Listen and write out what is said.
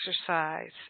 exercise